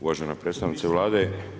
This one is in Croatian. Uvažena predstavnice Vlade.